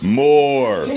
more